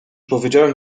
powiedziałem